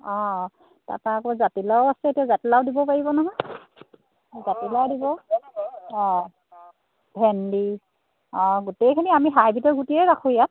অঁ তাপা আকৌ জাতিলাও আছে এতিয়া জাতিলাও দিব পাৰিব নহয় জাতিলাও দিব অঁ ভেন্দি অঁ গোটেইখিনি আমি হাইব্ৰিডৰ গুটিয়ে ৰাখোঁ ইয়াত